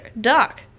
Doc